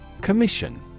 Commission